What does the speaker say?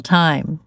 time